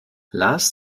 lars